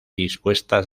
dispuestas